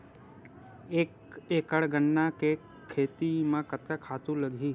एक एकड़ गन्ना के खेती म कतका खातु लगही?